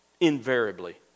invariably